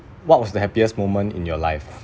what was the happiest moment in your life